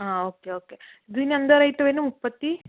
ആ okay okay ഇതിനെന്താണ് rate വരുന്നത് മുപ്പത്തി